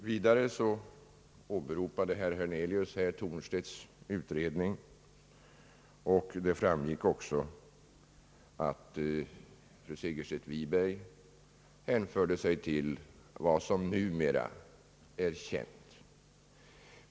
Vidare åberopade herr Hernelius professor Thornstedts utredning, och det framgick också att fru Segerstedt Wiberg utgick från vad som numera är känt.